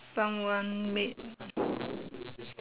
someone made